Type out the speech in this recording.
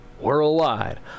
Worldwide